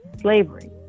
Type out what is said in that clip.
slavery